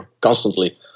constantly